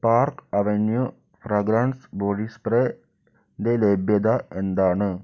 park Avenue fragrance body spray ന്റെ ലഭ്യത എന്താണ്